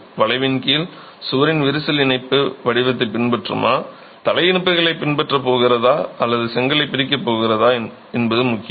வளைவின் கீழ் சுவரில் விரிசல் இணைப்பு வடிவத்தைப் பின்பற்றுமா தலை இணைப்புகளைப் பின்பற்றப் போகிறதா அல்லது செங்கலைப் பிரிக்கப் போகிறதா என்பது முக்கியம்